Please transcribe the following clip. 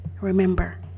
Remember